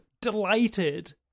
delighted